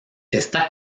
está